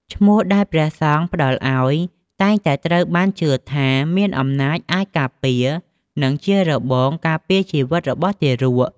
ឈ្មោះដែលព្រះសង្ឃផ្ដល់អោយតែងតែត្រូវបានជឿថា មានអំណាចអាចការពារ និងជារបងការពារជីវិតរបស់ទារក។